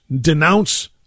denounce